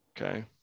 okay